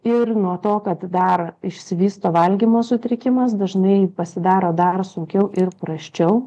ir nuo to kad dar išsivysto valgymo sutrikimas dažnai pasidaro dar sunkiau ir prasčiau